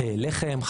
לחם,